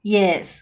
yes